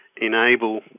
enable